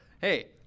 Hey